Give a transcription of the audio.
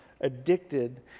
addicted